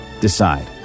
decide